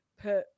put